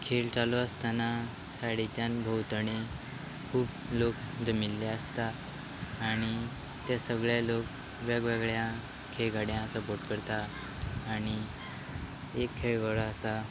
खेळ चालू आसतना सायडीच्यान भोंवतणी खूब लोक जमिल्ले आसता आनी ते सगळे लोक वेगवेगळ्या खेळगड्यां सपोर्ट करता आनी एक खेळगडो आसा